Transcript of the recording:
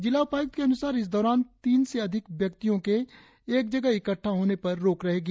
जिला उपाय्क्त के अन्सार इस दौरान तीन से अधिक व्यक्तियों के एक जगह इकट्ठा होने पर रोक रहेगी